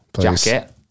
jacket